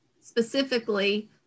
specifically